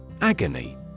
Agony